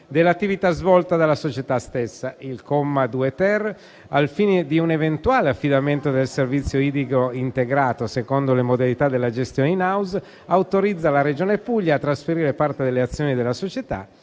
dell'attività svolta dalla società stessa. Il comma 2-*ter*, al fine di un eventuale affidamento del servizio idrico integrato secondo le modalità della gestione *in house*, autorizza la Regione Puglia a trasferire parte delle azioni della società